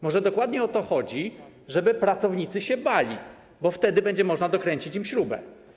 Może dokładnie o to chodzi, żeby pracownicy się bali, bo wtedy będzie można dokręcić im śrubę.